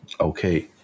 Okay